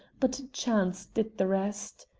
but chance did the rest.